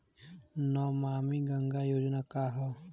नमामि गंगा योजना का ह?